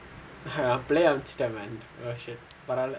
நான் அப்டியே அனுப்பிச்சிட்ட:naan apdiyae anuppichitta man oh shit பரவால்ல:paravaala